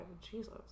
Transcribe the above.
Jesus